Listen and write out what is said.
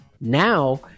now